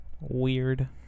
Weird